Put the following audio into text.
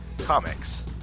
Comics